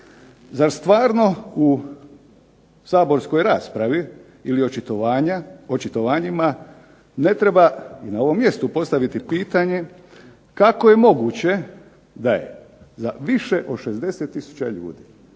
Zar stvarno u saborskoj raspravi ili očitovanjima ne treba i na ovom mjestu postaviti pitanje kako je moguće da je za više od 60 tisuća ljudi,